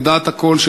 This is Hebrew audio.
לדעת הכול,